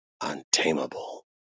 untamable